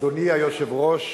אדוני היושב-ראש,